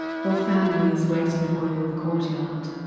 your family is waiting for you in the courtyard,